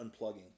unplugging